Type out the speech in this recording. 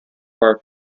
far